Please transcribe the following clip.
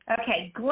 Okay